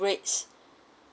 rates